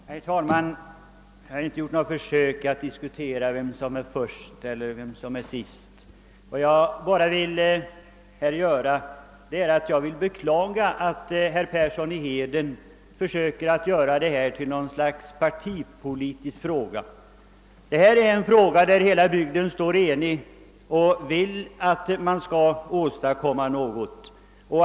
Herr talman! Jag har inte gjort något försök att tala om vem som varit först eller vem som varit sist. Jag vill bara beklaga att herr Persson i Heden försöker att göra detta till något slags partipolitisk fråga. Detta är ju en fråga där hela bygden står enig och vill att man skall åstadkomma någonting.